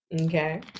Okay